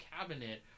cabinet